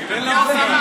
תיתן לעוד שרים.